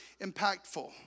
impactful